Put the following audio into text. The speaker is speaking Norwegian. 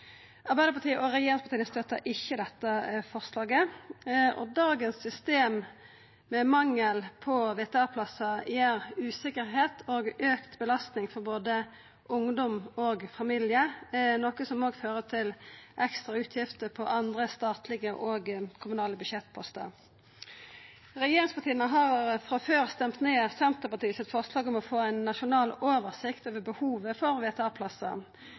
Arbeidarpartiet og regjeringspartia støtta ikkje dette forslaget, og systemet av i dag med mangel på VTA-plassar gir usikkerheit og auka belastning for både ungdom og familie, noko som òg fører til ekstra utgifter på andre statlege og kommunale budsjettpostar. Regjeringspartia har frå før stemt ned Senterpartiets forslag om å få ein nasjonal oversikt over behovet for